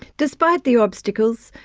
despite the obstacles,